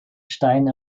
stein